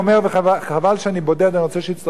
חבל שאני בודד ואני רוצה שיצטרפו אלי,